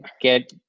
get